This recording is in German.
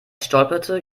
stolperte